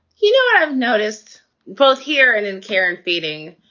you know, i've noticed both here and in care and feeding.